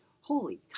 holy